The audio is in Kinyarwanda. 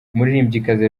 umuririmbyikazi